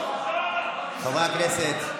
חברי הכנסת.